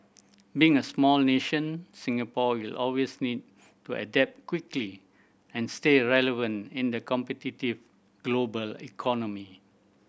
being a small nation Singapore will always need to adapt quickly and stay relevant in the competitive global economy